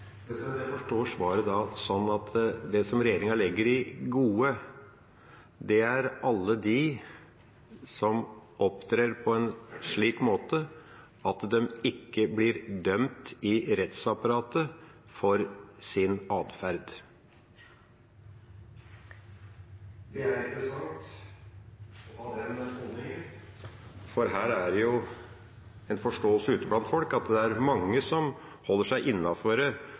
Jeg forstår svaret sånn at det som regjeringa legger i «gode», er alle dem som opptrer på en slik måte at de ikke blir dømt i rettsapparatet for sin atferd. Det er interessant å ha den holdningen, for det er en forståelse ute blant folk av at det er mange som holder seg